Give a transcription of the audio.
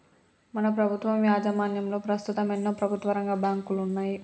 మన ప్రభుత్వం యాజమాన్యంలో పస్తుతం ఎన్నో ప్రభుత్వరంగ బాంకులున్నాయి